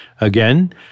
Again